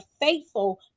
faithful